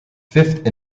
fifth